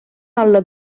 alla